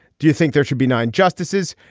do you think there should be nine justices.